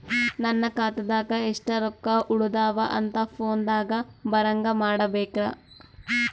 ನನ್ನ ಖಾತಾದಾಗ ಎಷ್ಟ ರೊಕ್ಕ ಉಳದಾವ ಅಂತ ಫೋನ ದಾಗ ಬರಂಗ ಮಾಡ ಬೇಕ್ರಾ?